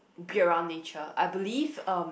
be around nature I believe um